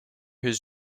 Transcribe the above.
his